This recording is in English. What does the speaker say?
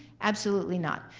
absolutely not,